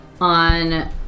on